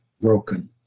broken